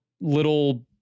little